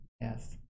Yes